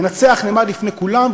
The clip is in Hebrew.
המנצח נעמד לפני כולם,